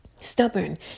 Stubborn